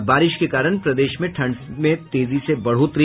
और बारिश के कारण प्रदेश में ठंड में तेजी से बढोतरी